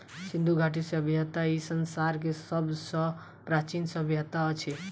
सिंधु घाटी सभय्ता ई संसार के सब सॅ प्राचीन सभय्ता अछि